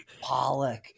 Pollock